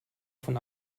von